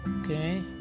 okay